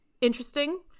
interesting